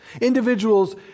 individuals